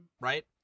right